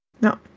no